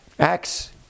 Acts